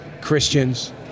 Christians